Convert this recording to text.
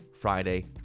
Friday